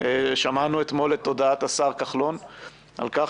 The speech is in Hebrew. שמענו אתמול את הודעת השר כחלון על כך